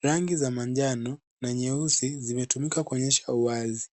Rangi za manjano na nyeusi zimetumika kuonyesha uwazi.